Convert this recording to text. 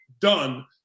done